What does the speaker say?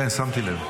כן, שמתי לב.